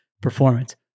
performance